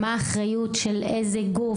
מה האחריות של איזה גוף,